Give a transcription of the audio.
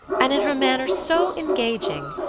and in her manner so engaging,